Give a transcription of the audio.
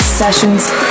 sessions